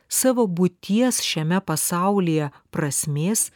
savo būties šiame pasaulyje prasmės